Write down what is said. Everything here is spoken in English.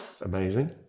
Amazing